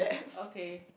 okay